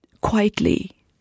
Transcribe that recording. quietly